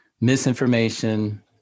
misinformation